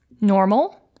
normal